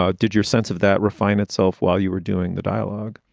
ah did your sense of that refine itself while you were doing the dialogue?